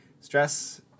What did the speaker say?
Stress